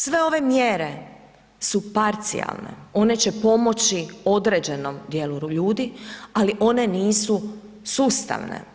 Sve ove mjere su parcijalne, one će pomoći određenom djelu ljudi ali one nisu sustavne.